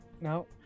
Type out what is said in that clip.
No